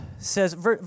says